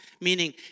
meaning